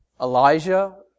Elijah